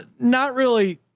not really.